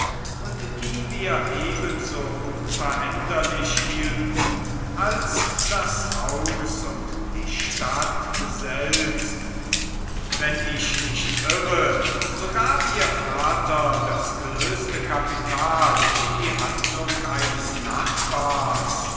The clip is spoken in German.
und die wir ebenso unveränderlich hielten als das haus und die stadt selbst wenn ich nicht irre so gab ihr vater das gelöste kapital in die handlung eines nachbarn